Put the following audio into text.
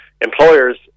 employers